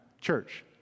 church